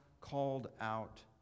called-out